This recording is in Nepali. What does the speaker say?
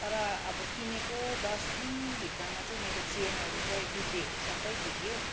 तर अब किनेको दस दिनभित्रमा चाहिँ मेरो चेनहरू चाहिँ बिग्रियो सबै बिग्रियो